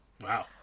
Wow